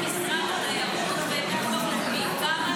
מפונים זה משרד אחר --- כמה משרד הביטחון?